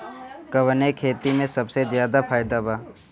कवने खेती में सबसे ज्यादा फायदा बा?